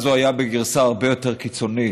אז הוא היה בגרסה הרבה יותר קיצונית.